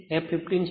f 50 છે